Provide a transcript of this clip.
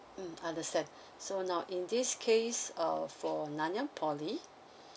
mm understand so now in this case uh for nanyang poly